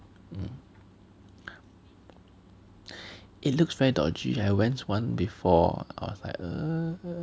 mm it looks very dodgy like I went once before I was like err